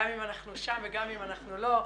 גם אנחנו שם וגם אנחנו לא,